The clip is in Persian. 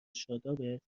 شادابت